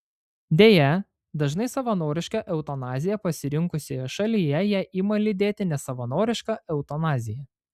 deja dažnai savanorišką eutanaziją pasirinkusioje šalyje ją ima lydėti nesavanoriška eutanazija